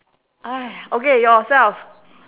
!aiya! okay yourself